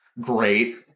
Great